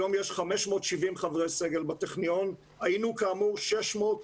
היום יש 570 חברי סגל בטכניון, היינו כאמור 670,